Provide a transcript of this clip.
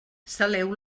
saleu